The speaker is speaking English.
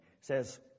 says